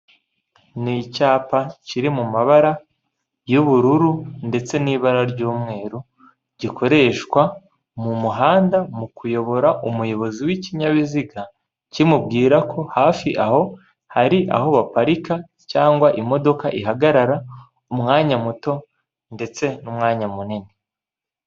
Ni icyapa kiri mu mabara y'ubururu ndetse n'ibara ry'umweru, gikoreshwa mu muhanda mu kuyobora umuyobozi w'ikinyabiziga kimubwira ko hafi aho hari aho baparika cyangwa imodoka ihagarara umwanya muto ndetse n'umwanya munini.